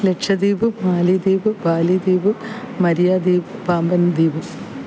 ലക്ഷദ്വീപ് പ് മാലിദ്വീപ് ബാലി ദ്വീപ് മരിയ ദ്വീപ് പാമ്പൻ ദ്വീപ്